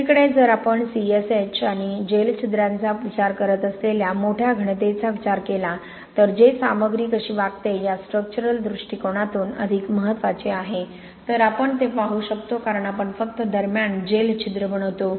दुसरीकडे जर आपण CSH आणि जेल छिद्रांचा विचार करत असलेल्या मोठ्या घनतेचा विचार केला तर जे सामग्री कशी वागते या स्ट्रक्चरल दृष्टिकोनातून अधिक महत्त्वाची आहे तर आपण ते पाहू शकतो कारण आपण फक्त दरम्यान जेल छिद्र बनवतो